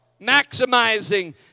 maximizing